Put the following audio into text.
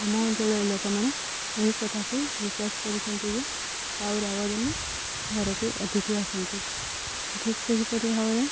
ଆମ ଅଞ୍ଚଳର ଲୋକମାନେ ଏହି କଥାକୁ ବିଶ୍ୱାସ କରୁଛନ୍ତି ଯେ କାଉ ରାବ ଦେଲେ ଘରକୁ ଅତିଥି ଆସନ୍ତି ଠିକ୍ ସେହିପରି ଭାବରେ